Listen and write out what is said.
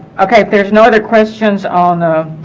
okay there's no other questions on the